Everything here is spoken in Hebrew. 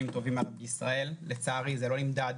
טובים בישראל, לצערי זה לא נמדד.